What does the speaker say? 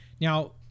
Now